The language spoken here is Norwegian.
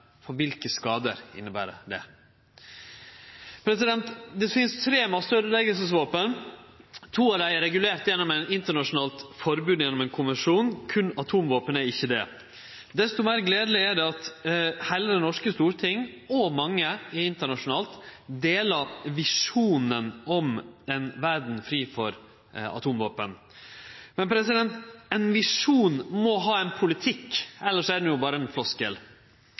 for kva skadar inneber det? Det finst tre masseøydeleggingsvåpen, to av dei er regulerte gjennom eit internasjonalt forbod gjennom ein konvensjon, berre atomvåpen er ikkje det. Desto meir gledeleg er det at heile det norske stortinget – og mange internasjonalt – deler visjonen om ei verd fri for atomvåpen. Men ein visjon må ha ein politikk, elles er det jo berre ein